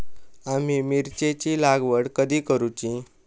आम्ही मिरचेंची लागवड कधी करूची?